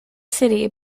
city